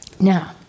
Now